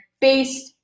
based